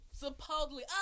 Supposedly